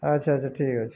ଆଚ୍ଛା ଆଚ୍ଛା ଠିକ ଅଛି